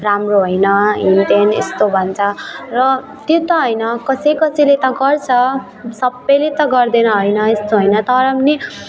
राम्रो होइन हेन तेन यस्तो भन्छ र त्यो त होइन कसै कसैले त गर्छ सबले त गर्दैन होइन यस्तो होइन तर पनि